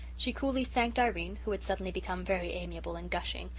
she coolly thanked irene, who had suddenly become very amiable and gushing,